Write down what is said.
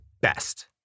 best